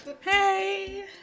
hey